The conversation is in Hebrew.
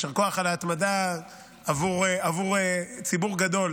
יישר כוח על ההתמדה עבור ציבור גדול,